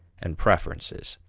and preferences.